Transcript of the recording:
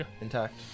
intact